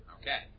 Okay